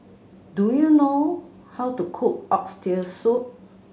do you know how to cook Oxtail Soup